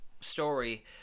story